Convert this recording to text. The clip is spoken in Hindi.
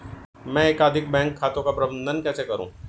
मैं एकाधिक बैंक खातों का प्रबंधन कैसे करूँ?